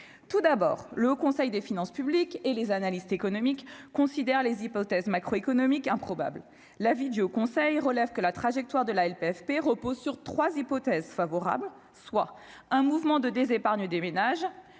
tout d'abord le conseil des finances publiques et les analystes économiques considèrent les hypothèses macroéconomiques improbable l'avis du Haut Conseil relève que la trajectoire de la LPFP repose sur 3 hypothèses favorables soit un mouvement de des épargne des ménages